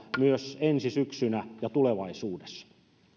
myös ensi syksynä ja tulevaisuudessa